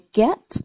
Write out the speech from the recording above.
get